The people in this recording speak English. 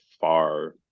far